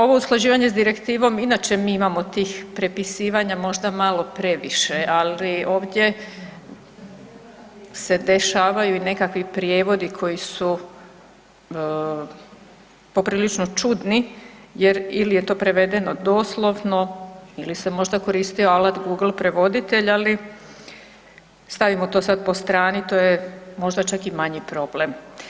Ovo usklađivanje s direktivom, inače mi imamo tih prepisivanja, možda malo previše, ali ovdje se dešavaju i kakvi prijevodi koji su poprilično čudni jer ili je to prevedeno doslovno ili se možda koristio alat Google Prevoditelj, ali stavio to sad po strani, to je možda čak i manji problem.